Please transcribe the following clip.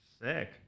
sick